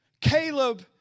Caleb